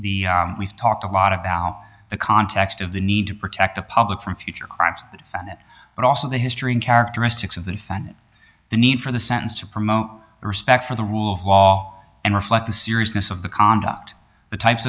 the we've talked a lot about the context of the need to protect the public from future crimes but also the history and characteristics of the defendant the need for the sentence to promote respect for the rule of law and reflect the seriousness of the conduct the types